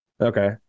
Okay